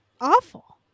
awful